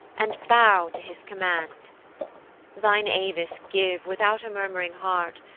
and bow to his command thine avis give without a murm'ring heart,